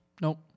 nope